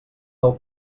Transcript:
del